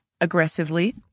aggressively